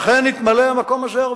לכן התמלא המקום הזה ערבים.